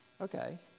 okay